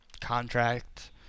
contract